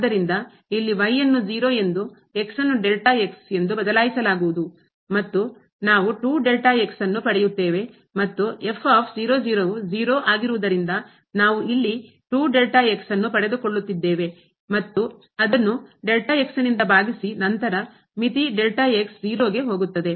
ಆದ್ದರಿಂದ ಇಲ್ಲಿ ಅನ್ನು 0 ಎಂದು ಅನ್ನು ಎಂದು ಬದಲಿಸಲಾಗುವುದು ಮತ್ತು ನಾವು 2 ಅನ್ನು ಪಡೆಯುತ್ತೇವೆ ಮತ್ತು ಯು 0 ಆಗಿರುವುದರಿಂದ ನಾವು ಇಲ್ಲಿ ಮತ್ತು ಅದನ್ನು ನಿಂದ ಭಾಗಿಸಿ ನಂತರ ಮಿತಿ 0 ಗೆ ಹೋಗುತ್ತದೆ